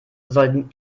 sollten